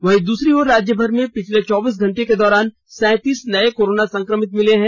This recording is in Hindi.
वहीं दूसरी ओर राज्यभर में पिछले चौबीस घंटे के दौरान सैंतीस नये कोरोना संक्रमित मिले हैं